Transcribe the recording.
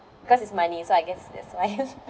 because it's money so I guess that's why